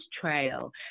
trail